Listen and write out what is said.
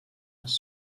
les